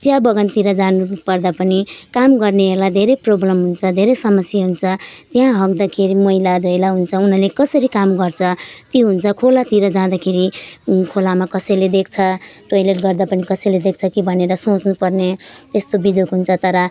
चियाबगानतिर जानुपर्दा पनि काम गर्नेहरूलाई धेरै प्रब्लम हुन्छ धेरै समस्या हुन्छ त्यहाँ हग्दाखेरि मैलाधैला हुन्छ उनीहरूले कसरी काम गर्छ त्यो हुन्छ खोलातिर जाँदाखेरि खोलामा कसैले देख्छ टोइलेट गर्दा पनि कसैले देख्छ कि भनेर सोच्नुपर्ने त्यस्तो बिजोक हुन्छ तर